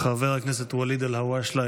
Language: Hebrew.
חבר הכנסת ואליד אלהואשלה,